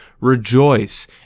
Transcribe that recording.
Rejoice